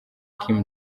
kim